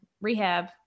rehab